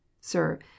Sir